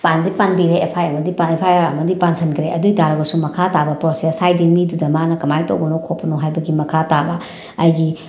ꯄꯥꯟꯗꯤ ꯄꯥꯟꯕꯤꯔꯦ F I R ꯑꯃꯗꯤ F I R ꯑꯃꯗꯤ ꯄꯥꯟꯁꯤꯟꯈ꯭ꯔꯦ ꯑꯗꯨ ꯑꯣꯏ ꯇꯥꯔꯒꯁꯨ ꯃꯈꯥ ꯇꯥꯕ ꯄ꯭ꯔꯣꯁꯦꯁ ꯍꯥꯏꯗꯤ ꯃꯤꯗꯨꯗ ꯃꯥꯅ ꯀꯃꯥꯏꯅ ꯇꯧꯕꯅꯣ ꯈꯣꯠꯄꯅꯣ ꯍꯥꯏꯕꯒꯤ ꯃꯈꯥ ꯇꯥꯕ ꯑꯩꯒꯤ